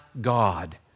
God